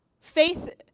faith